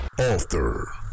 author